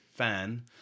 Fan